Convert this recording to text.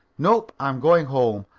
nope. i'm going home.